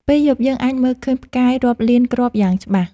ពេលយប់ យើងអាចមើលឃើញផ្កាយរាប់លានគ្រាប់យ៉ាងច្បាស់។